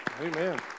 Amen